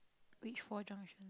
which four junctions